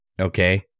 okay